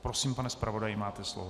Prosím, pane zpravodaji, máte slovo.